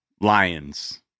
Lions